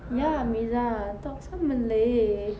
ya mira talk some malay